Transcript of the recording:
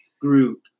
group